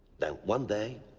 then one day,